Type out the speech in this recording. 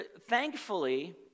thankfully